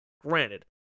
Granted